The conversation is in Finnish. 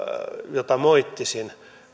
jota moittisin